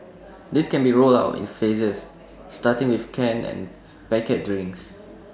this can be rolled out in phases starting with canned and packet drinks